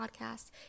podcast